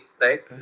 right